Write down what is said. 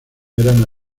eran